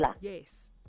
Yes